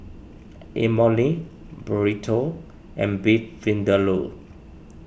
Imoni Burrito and Beef Vindaloo